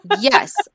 Yes